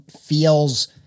feels